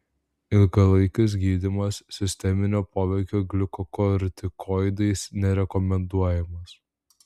ilgalaikis gydymas sisteminio poveikio gliukokortikoidais nerekomenduojamas